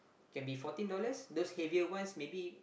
can be fourteen dollars those heavier ones maybe